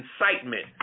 incitement